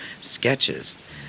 sketches